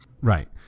Right